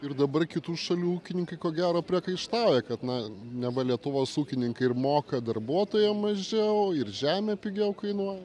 ir dabar kitų šalių ūkininkai ko gero priekaištauja kad na neva lietuvos ūkininkai ir moka darbuotojam mažiau ir žemė pigiau kainuoja